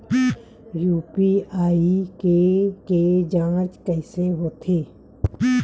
UPI के के जांच कइसे होथे?